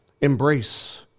embrace